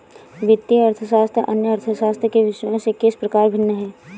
वित्तीय अर्थशास्त्र अन्य अर्थशास्त्र के विषयों से किस प्रकार भिन्न है?